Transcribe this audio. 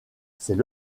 c’est